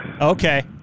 Okay